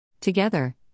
Together